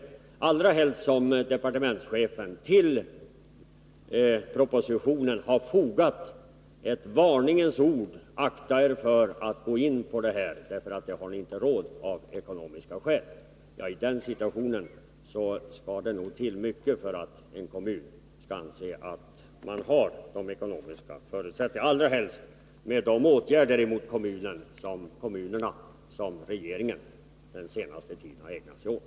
Det gäller allra helst som departementschefen till propositionen har fogat ett varningens ord: Akta er för att starta sådan här verksamhet, för det har ni av ekonomiska skäl inte råd med! I den situationen skall det nog mycket till för att en kommun skall anse att den har de ekonomiska förutsättningarna för denna verksamhet — speciellt med tanke på de åtgärder mot kommunerna som regeringen den senaste tiden har ägnat sig åt.